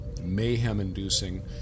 mayhem-inducing